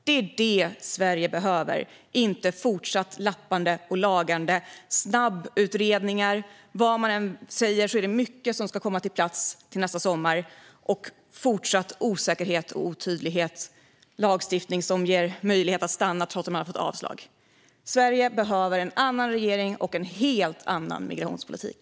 Det är detta Sverige behöver, inte fortsatt lappande och lagande, snabbutredningar - vad man än säger är det mycket som ska komma på plats till nästa sommar - eller fortsatt osäkerhet och otydlighet eller lagstiftning som ger möjlighet att stanna trots att man fått avslag. Sverige behöver en annan regering och en helt annan migrationspolitik.